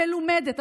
מלומדת,